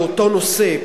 באותו נושא,